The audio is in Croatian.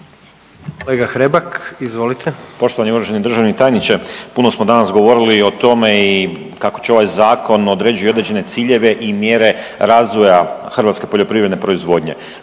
**Hrebak, Dario (HSLS)** Poštovani i uvaženi državni tajniče, puno smo danas govorili i o tome i kako će ovaj zakon određuje i određene ciljeve i mjere razvoja hrvatske poljoprivredne proizvodnje.